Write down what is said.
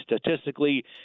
statistically